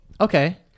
Okay